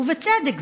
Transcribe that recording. ובצדק,